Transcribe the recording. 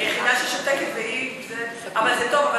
היחידה ששותקת זה היא, אבל זה טוב.